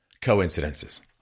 coincidences